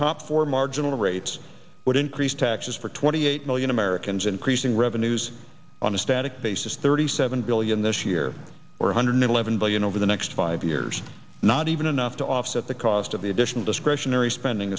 top for marginal rates would increase taxes for twenty eight million americans increasing revenues on a static basis thirty seven billion this year or a hundred eleven billion over the next five years not even enough to offset the cost of the additional discretionary spending